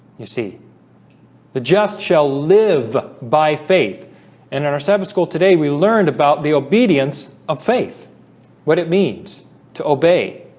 you see the just shall live by faith and in our sabbath school today we learned about the obedience of faith what it means to obey?